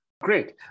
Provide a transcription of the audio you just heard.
Great